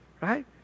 right